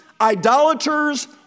idolaters